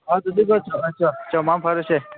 ꯑꯗꯨꯗꯨꯒ ꯆꯠꯂꯁꯦ ꯃꯪ ꯐꯥꯔꯦꯁꯦ